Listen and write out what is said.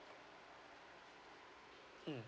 mm